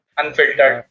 unfiltered